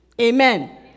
Amen